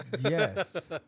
Yes